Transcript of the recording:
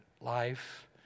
life